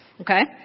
okay